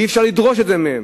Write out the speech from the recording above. ואי-אפשר לדרוש את זה מהם.